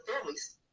families